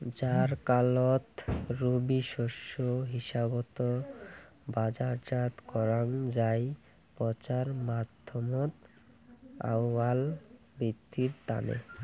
জ্বারকালত রবি শস্য হিসাবত বাজারজাত করাং যাই পচার মাধ্যমত আউয়াল বিদ্ধির তানে